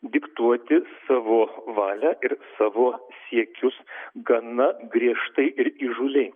diktuoti savo valią ir savo siekius gana griežtai ir įžūliai